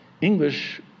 English